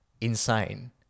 Insane